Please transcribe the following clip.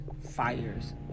fires